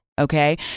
Okay